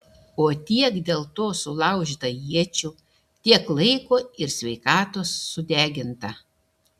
o tiek dėl to sulaužyta iečių tiek laiko ir sveikatos sudeginta